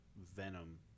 venom